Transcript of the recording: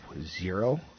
zero